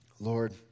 Lord